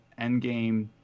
endgame